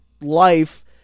life